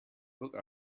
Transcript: booked